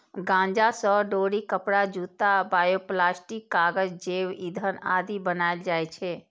गांजा सं डोरी, कपड़ा, जूता, बायोप्लास्टिक, कागज, जैव ईंधन आदि बनाएल जाइ छै